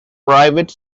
private